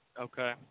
Okay